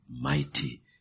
mighty